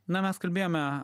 na mes kalbėjome